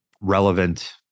relevant